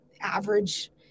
average